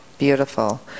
Beautiful